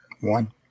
One